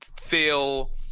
feel